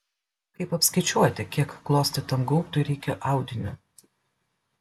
kaip apskaičiuoti kiek klostytam gaubtui reikia audinio